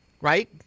right